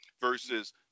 versus